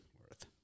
worth